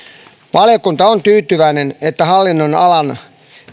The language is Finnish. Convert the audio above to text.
valiokunta on tyytyväinen että hallinnonalan